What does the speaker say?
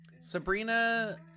Sabrina